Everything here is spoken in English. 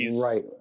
Right